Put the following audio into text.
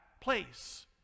place